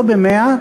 לא ב-100,